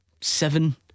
seven